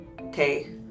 okay